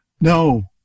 No